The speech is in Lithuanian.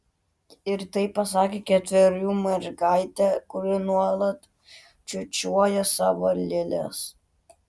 ir tai pasakė ketverių mergaitė kuri nuolat čiūčiuoja savo lėles